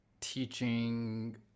teaching